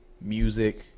music